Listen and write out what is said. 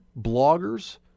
bloggers